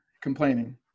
complaining